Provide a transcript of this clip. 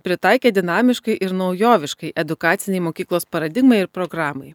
pritaikė dinamiškai ir naujoviškai edukacinei mokyklos paradigmai ir programai